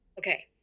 Okay